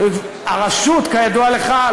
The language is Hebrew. כידוע לך,